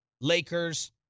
Lakers